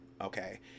okay